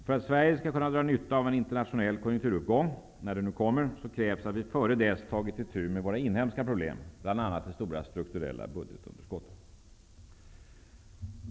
För att Sverige skall kunna dra nytta av en internationell konkjunkturuppgång, när den nu kommer, krävs det att vi innan dess har tagit itu med våra inhemska problem, bl.a. det stora strukturella budgetunderskottet.